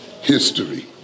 history